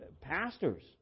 pastors